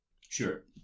Sure